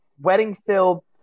wedding-filled